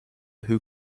who